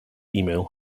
email